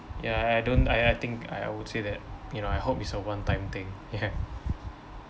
ya I don't I I think I would say that you know I hope it's a one time thing yeah